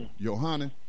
Johanna